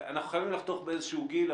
אנחנו חייבים לחתוך באיזשהו גיל,